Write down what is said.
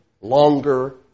longer